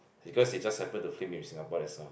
because they just happen to film in Singapore that's all